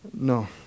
No